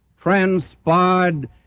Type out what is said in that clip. transpired